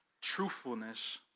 Truthfulness